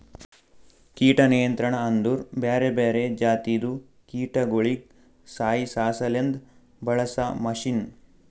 ಕೀಟ ನಿಯಂತ್ರಣ ಅಂದುರ್ ಬ್ಯಾರೆ ಬ್ಯಾರೆ ಜಾತಿದು ಕೀಟಗೊಳಿಗ್ ಸಾಯಿಸಾಸಲೆಂದ್ ಬಳಸ ಮಷೀನ್